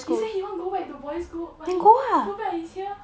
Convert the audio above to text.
he say want go back to boys school but too bad he's here